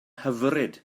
hyfryd